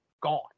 gone